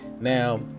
Now